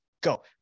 go